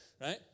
Right